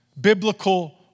Biblical